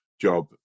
job